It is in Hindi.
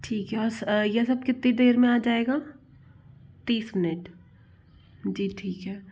ठीक है और स ये सब कितनी देर में आ जाएगा तीस मिनट जी ठीक है